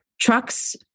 trucks